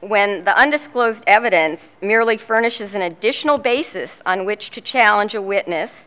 when the undisclosed evidence merely furnishes an additional basis on which to challenge a witness